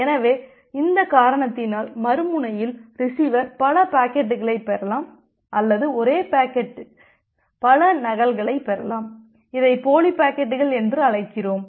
எனவே இந்த காரணத்தினால் மறுமுனையில் ரிசீவர் பல பாக்கெட்டுகளைப் பெறலாம் அல்லது ஒரே பாக்கெட்டின் பல நகல்களை பெறலாம் இதை போலி பாக்கெட்டுகள் என்று அழைக்கிறோம்